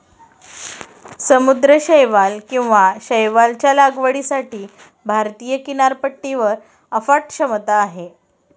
समुद्री शैवाल किंवा शैवालच्या लागवडीसाठी भारतीय किनारपट्टीवर अफाट क्षमता आहे